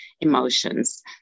emotions